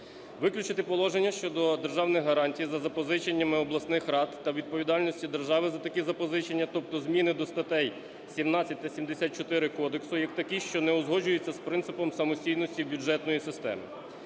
Виключити положення щодо державних гарантій за запозиченнями обласних рад та відповідальності держави за такі запозичення, тобто зміни до статей 17 та 74 кодексу, як такі, що не узгоджуються з принципом самостійності бюджетної системи.